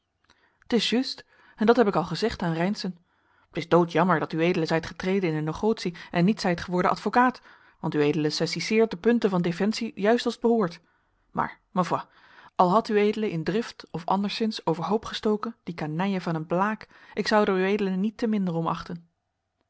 t is juste en dat heb ik al gezegd aan reynszen t is doodjammer dat ued zijt getreden in de negotie en niet zijt geworden advocaat want ued saisiseert de punten van defensie juist als t behoort maar ma foi al had ued in drift of anderszins overhoopgestoken dien canaille van een blaek ik zoude er ued niet te minder om achten